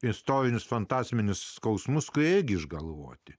istorinius fantastinius skausmus kurie ėgi išgalvoti